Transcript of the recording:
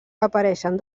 apareixen